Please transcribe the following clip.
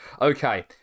Okay